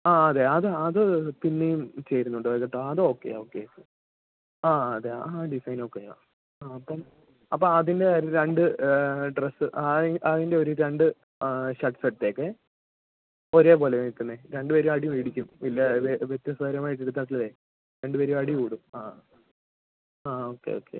ആ അതെ അത് അത് പിന്നേയും ചേരുന്നുണ്ട് അത് കേട്ടോ അത് ഓക്കെ ഓക്കെ ആ അതെ ആ ഡിസൈൻ ഓക്കെയാണ് അപ്പോൾ അപ്പോൾ അതിൻ്റെ രണ്ട് ഡ്രസ്സ് ആ അതിൻ്റെ അതിൻ്റെ ഒരു രണ്ട് ഷർട്സ് എടുത്തേക്ക് ഒരുപോലെ നിൽക്കുന്ന രണ്ട് പേരും അടിമേടിക്കും ഇല്ല അത് വ്യത്യസ്തതരമായിട്ട് എടുക്കാത്തത് രണ്ട് പേരും അടി കൂടും ആ ആ ഓക്കെ ഓക്കെ